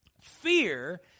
Fear